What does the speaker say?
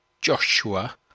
Joshua